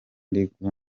gituma